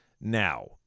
Now